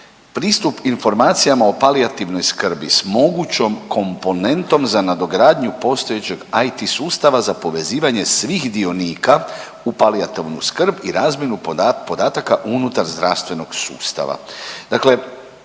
pristup informacijama o palijativnoj skrbi s mogućom komponentom za nadogradnju postojećeg IT sustava za povezivanje svih dionika u palijativnu skrb i razmjenu podataka unutar zdravstvenog sustava.